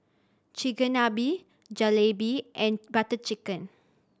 Chigenabe Jalebi and Butter Chicken